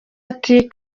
ati